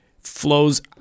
flows